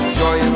joy